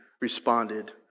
responded